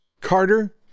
Carter